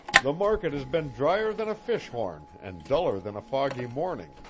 the market has been drier than a fish-horn and duller than a foggy morning.